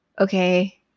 Okay